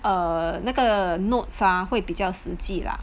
err 那个 notes ah 会比较实际 lah